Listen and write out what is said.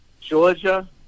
Georgia